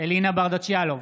אלינה ברדץ' יאלוב,